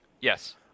Yes